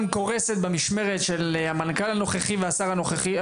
קורסת במשמרת של המנכ"ל הנוכחי והשר הנוכחי,